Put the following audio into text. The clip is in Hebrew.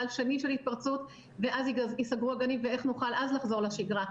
גל שני של התפרצות ואז ייסגרו הגנים ואיך נוכל אז לחזור לשגרה?